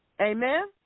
Amen